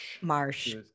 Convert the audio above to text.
marsh